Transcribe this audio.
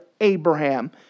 Abraham